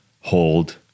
hold